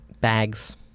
Bags